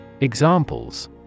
Examples